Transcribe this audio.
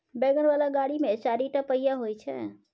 wagon बला गाड़ी मे चारिटा पहिया होइ छै